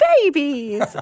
babies